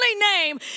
name